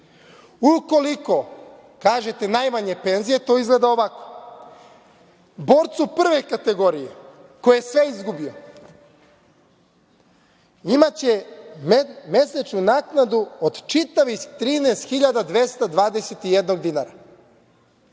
osnovice. Kažete najmanje penzije, i to izgleda ovako: borac prve kategorije, koji je sve izgubio, imaće mesečnu naknadu od čitavih 13.221 dinar,